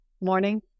morning